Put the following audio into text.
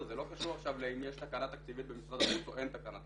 זה לא קשור עכשיו לאם יש תקנה תקציבית במשרד החוץ או אין תקנה תקציבית.